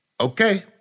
Okay